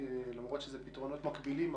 למרות שאלה פתרונות מקבילים,